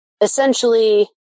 essentially